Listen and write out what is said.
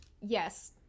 Yes